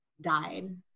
died